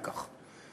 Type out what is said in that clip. על כך,